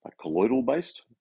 colloidal-based